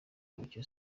mucyo